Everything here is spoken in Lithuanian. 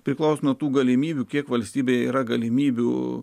priklauso nuo tų galimybių kiek valstybei yra galimybių